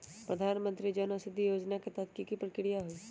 प्रधानमंत्री जन औषधि योजना के तहत की की प्रक्रिया होई?